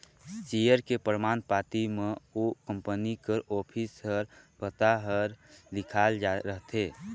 share के परमान पाती म ओ कंपनी कर ऑफिस कर पता हर लिखाल रहथे